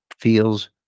feels